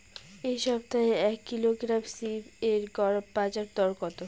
এই সপ্তাহে এক কিলোগ্রাম সীম এর গড় বাজার দর কত?